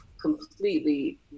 completely